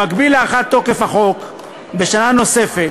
במקביל להארכת תוקף החוק בשנה נוספת,